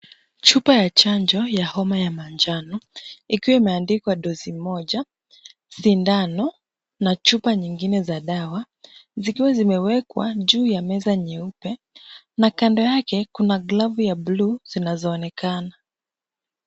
Chupa ya chanjo ya homa ya manjano ikiwa imeandikwa dosi moja. Shindano na chupa nyingine za dawa zikiwa zimewekwa juu ya meza nyeupe na kando yake kuna glavu ya bluu zinazoonekana.